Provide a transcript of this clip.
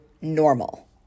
normal